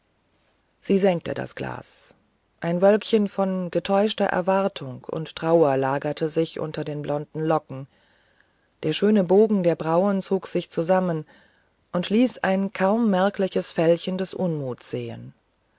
sie senkte das glas ein wölkchen von getäuschter erwartung und trauer lagerte sich unter den blonden locken die schönen bogen der brauen zogen sich zusammen und ließen ein kaum merkliches fältchen des unmuts sehen